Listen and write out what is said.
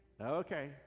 Okay